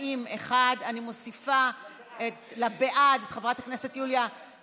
שר הפנים לעניין חוקי עזר בדבר פתיחתם וסגירתם של עסקים בימי מנוחה),